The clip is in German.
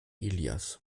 ilias